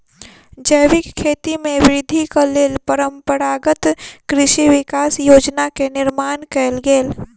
जैविक खेती में वृद्धिक लेल परंपरागत कृषि विकास योजना के निर्माण कयल गेल